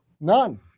None